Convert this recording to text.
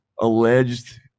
alleged